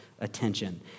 attention